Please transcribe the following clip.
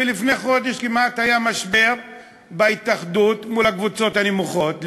ולפני חודש כמעט היה משבר בהתאחדות מול הקבוצות הנמוכות,